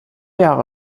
jahre